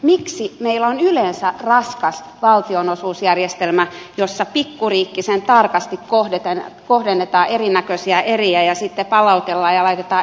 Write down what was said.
miksi meillä on yleensä raskas valtionosuusjärjestelmä jossa pikkuriikkisen tarkasti kohdennetaan erinäköisiä eriä ja sitten palautellaan ja laitetaan edestakaisin